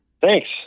Thanks